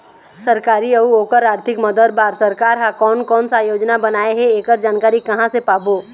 सरकारी अउ ओकर आरथिक मदद बार सरकार हा कोन कौन सा योजना बनाए हे ऐकर जानकारी कहां से पाबो?